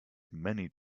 many